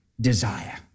desire